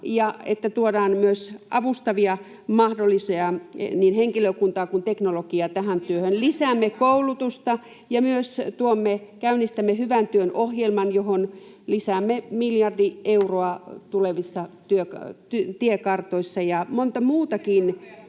tuodaan myös niin avustavaa henkilökuntaa kuin teknologiaa tähän työhön. [Annika Saarikon välihuuto] Lisäämme koulutusta ja myös käynnistämme hyvän työn ohjelman, johon lisäämme miljardi euroa tulevissa tiekartoissa. [Puhemies